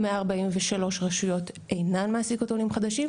143 רשויות אינן מעסיקות עולים חדשים,